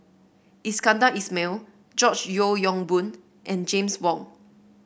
Iskandar Ismail George Yeo Yong Boon and James Wong